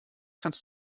kannst